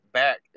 back